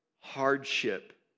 hardship